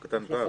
כרגע,